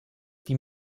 die